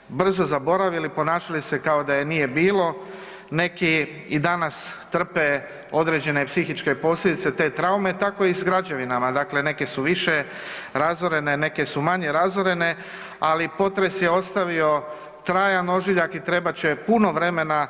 Neki su tu traumu brzo zaboravili, ponašali su se kao da je nije bilo, neki i danas trpe određene psihičke posljedice te traume, tako i sa građevinama, dakle neke su više razorene, neke su manje razorene ali potres je ostavio trajan ožiljak i trebat će puno vremena